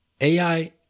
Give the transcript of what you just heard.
AI